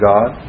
God